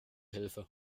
hilfe